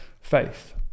faith